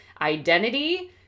identity